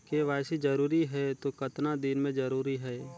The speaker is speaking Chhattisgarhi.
के.वाई.सी जरूरी हे तो कतना दिन मे जरूरी है?